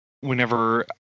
whenever